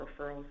referrals